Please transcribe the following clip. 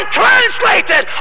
translated